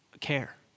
care